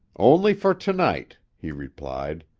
only for to-night, he replied.